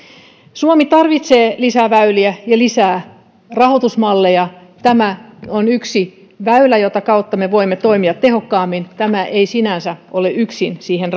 suomi tarvitsee lisäväyliä ja lisää rahoitusmalleja tämä on yksi väylä jota kautta me voimme toimia tehokkaammin tämä ei sinänsä yksin ole siihen